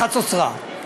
חצוצרה.